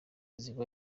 ziba